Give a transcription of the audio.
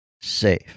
Safe